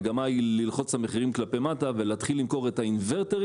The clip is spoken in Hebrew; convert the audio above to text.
המגמה היא ללחוץ על מחירים כלפי מטה ולהתחיל למכור את האינוורטרים.